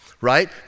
right